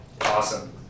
Awesome